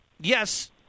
yes